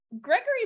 Gregory